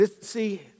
see